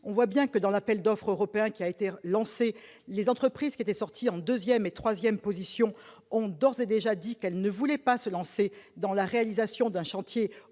En effet, dans l'appel d'offres européen qui a été lancé, les entreprises qui se trouvaient en deuxième ou troisième position ont d'ores et déjà indiqué qu'elles ne voulaient pas se lancer dans la réalisation d'un chantier aussi